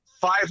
five